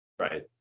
right